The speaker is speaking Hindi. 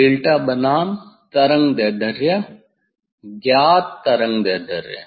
डेल्टा बनाम तरंगदैर्ध्य ज्ञात तरंगदैर्ध्य